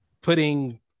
putting